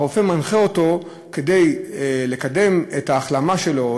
הרופא מנחה אותו: כדי לקדם את ההחלמה שלו,